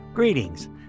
Greetings